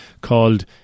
called